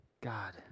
God